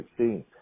2016